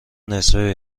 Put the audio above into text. نصفه